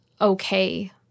okay